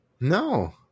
No